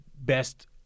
best